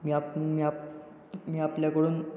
मी आप मी आप मी आपल्याकडून